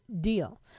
deal